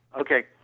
Okay